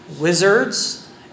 wizards